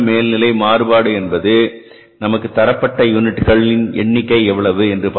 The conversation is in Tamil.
நிலையான மேல்நிலை மாறுபாடு என்பது நமக்கு தரப்பட்ட யூனிட்களின் எண்ணிக்கை எவ்வளவு